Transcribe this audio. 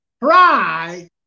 pride